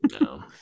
no